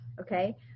okay